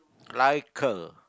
like a